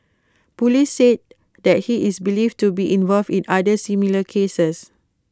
Police said that he is believed to be involved in other similar cases